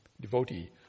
devotee